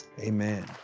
amen